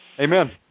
amen